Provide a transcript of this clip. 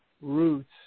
roots